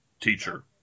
Teacher